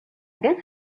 can